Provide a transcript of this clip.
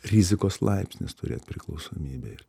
rizikos laipsnis turėt priklausomybę ir